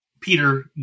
Peter